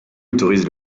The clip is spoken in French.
autorise